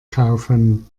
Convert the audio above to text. kaufen